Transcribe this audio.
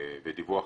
ויידוע.